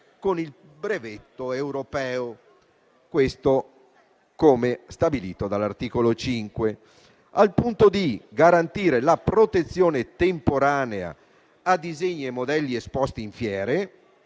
con il brevetto europeo, come stabilito dall'articolo 5. Si prevede, inoltre, di garantire la protezione temporanea a disegni e modelli esposti in fiere,